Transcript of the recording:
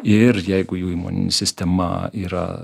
ir jeigu jų imuninė sistema yra